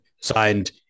Signed